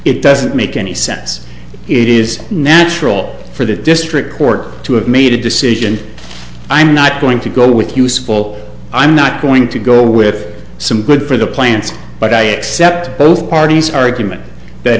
it doesn't make any sense it is natural for the district court to have made a decision i'm not going to go with useful i'm not going to go with some good for the plants but i accept both parties argument